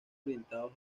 orientados